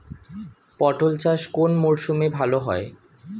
পটল চাষ কোন মরশুমে ভাল হয়?